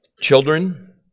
Children